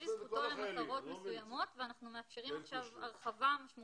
את עושה את זה לכל החיילים.